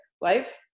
life